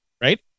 right